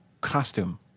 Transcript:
costume